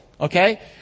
okay